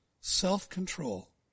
self-control